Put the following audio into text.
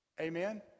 Amen